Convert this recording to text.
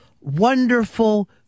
wonderful